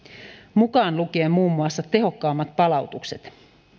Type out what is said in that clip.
mukaan lukien muun muassa tehokkaammat palautukset